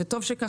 וטוב שכך,